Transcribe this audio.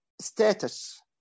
status